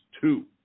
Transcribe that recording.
two